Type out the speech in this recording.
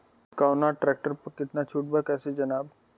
कवना ट्रेक्टर पर कितना छूट बा कैसे जानब?